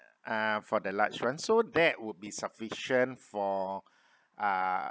uh for the large one so that would be sufficient for uh